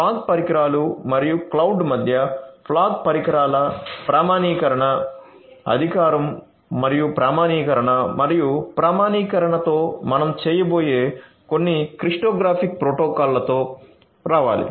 fog పరికరాలు మరియు cloud మధ్య ఫాగ్ పరికరాల ప్రామాణీకరణ అధికారం మరియు ప్రామాణీకరణ మరియు ప్రామాణీకరణ తో మనం చేయబోయే కొన్ని క్రిప్టోగ్రాఫిక్ ప్రోటోకాల్లతో రావాలి